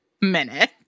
minute